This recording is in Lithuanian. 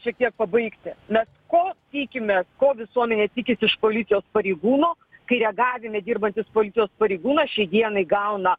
šiek tiek pabaigti nes ko tikimės ko visuomenė tikisi iš policijos pareigūno kai reagavime dirbantis policijos pareigūnas šiai dienai gauna